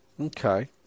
Okay